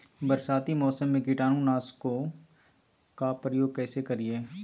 बरसाती मौसम में कीटाणु नाशक ओं का प्रयोग कैसे करिये?